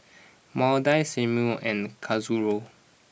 Maudie Seymour and Kazuko